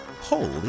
Holy